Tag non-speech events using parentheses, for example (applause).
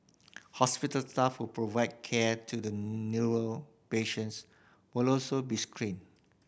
hospital staff who provided care to the (unintelligible) patients will also be screened